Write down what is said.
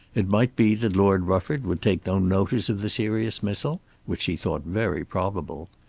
it might be that lord rufford would take no notice of the serious missile which she thought very probable.